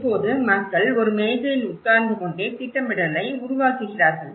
இப்போது மக்கள் ஒரு மேசையில் உட்கார்ந்துகொண்டே திட்டமிடலை உருவாக்குகிறார்கள்